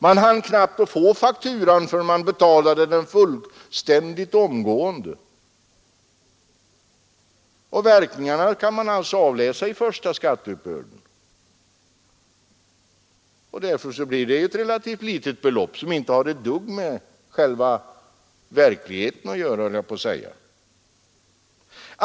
Man hann knappt få fakturan förrän man betalade den omgående. Verkningarna kan man alltså avläsa i den första skatteuppbörden. Därför blev beloppet relativt lågt, och det har inte ett dugg med de verkliga förhållandena att göra.